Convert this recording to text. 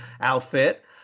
outfit